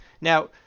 Now